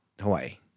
Hawaii